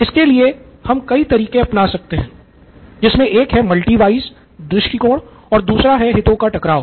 इसके लिए हम कई तरीके अपना सकते हैं जिनमे से एक है मल्टी व्हयस दृष्टिकोण और दूसरा है हितों का टकराव